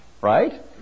Right